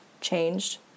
changed